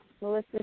Melissa